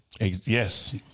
yes